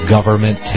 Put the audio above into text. Government